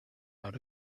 out